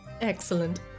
Excellent